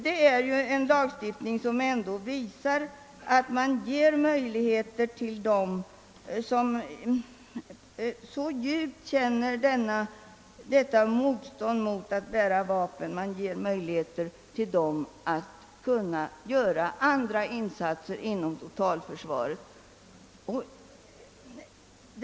Denna undantagslagstiftning visar att vi vill ge dem som så djupt känner motvilja mot att bära vapen möjlighet att göra andra insatser inom totalförsvaret.